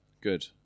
Good